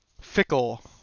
fickle